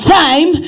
time